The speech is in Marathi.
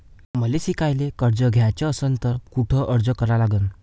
मले शिकायले कर्ज घ्याच असन तर कुठ अर्ज करा लागन?